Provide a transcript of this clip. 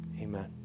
Amen